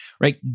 right